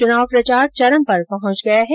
चुनाव प्रचार चरम पर पहंच गया है